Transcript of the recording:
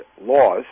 laws